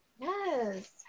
Yes